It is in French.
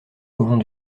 colons